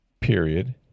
period